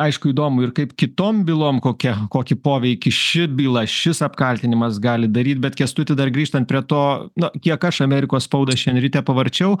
aišku įdomu ir kaip kitom bylom kokia kokį poveikį ši byla šis apkaltinimas gali daryt bet kęstuti dar grįžtant prie to nu kiek aš amerikos spaudą šian ryte pavarčiau